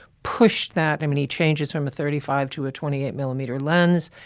pushed that. i mean, he changes from a thirty five to a twenty eight millimeter lens,